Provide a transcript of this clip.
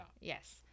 Yes